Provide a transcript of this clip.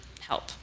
help